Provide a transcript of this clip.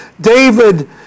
David